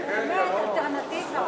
בן-סימון.